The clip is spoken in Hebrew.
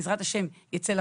בעזרת השם,